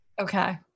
Okay